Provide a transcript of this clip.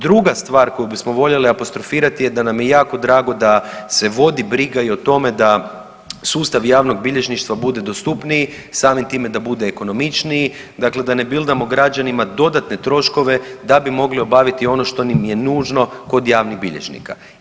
Druga stvar koju bismo voljeli apostrofirati je da nam je jako drago da se vodi briga i o tome da sustav javnog bilježništva bude dostupniji, samim time da bude ekonomičniji, dakle da ne bildamo građanima dodatne troškove da bi mogli obaviti ono što im je nužno kod javnih bilježnika.